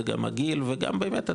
זה גם הגיל וגם באמת,